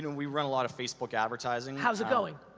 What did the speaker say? and we run a lot of facebook advertising. how's it going?